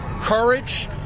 courage